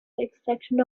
extraction